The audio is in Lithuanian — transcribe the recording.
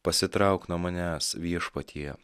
pasitrauk nuo manęs viešpatie